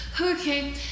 okay